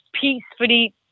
Peacefully